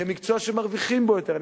כמקצוע שמרוויחים בו יותר,